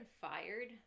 fired